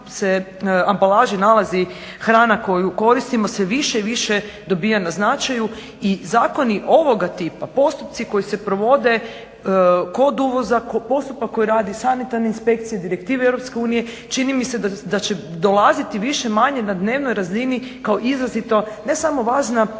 se ambalaži nalazi hrana koju koristimo sve više i više dobije na značaju i zakoni ovoga tipa, postupci koji se provode kod uvoza, postupak koji radi sanitarne inspekcije, direktive EU čini mi se da će dolaziti više-manje na dnevnoj razini kao izrazito ne samo važna politička